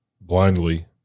blindly